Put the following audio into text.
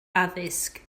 addysg